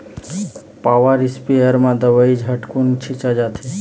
power sprayer म दवई झटकुन छिंचा जाथे